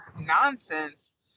nonsense